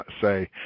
say